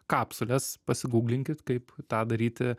kapsules pasigūglinkit kaip tą daryti